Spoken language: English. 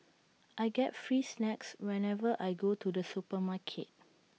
I get free snacks whenever I go to the supermarket